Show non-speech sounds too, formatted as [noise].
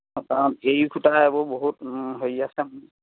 [unintelligible] এই সূতা এইবোৰ বহুত হেৰি আছে